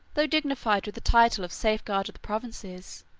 though dignified with the title of safeguard of the provinces,